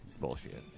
Bullshit